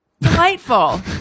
Delightful